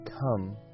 come